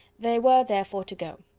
they were, therefore, to go.